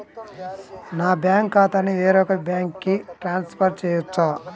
నా బ్యాంక్ ఖాతాని వేరొక బ్యాంక్కి ట్రాన్స్ఫర్ చేయొచ్చా?